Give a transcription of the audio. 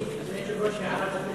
אדוני, אפשר הערה קצרה